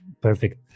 perfect